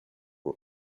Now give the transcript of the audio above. are